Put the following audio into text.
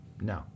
No